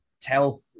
tell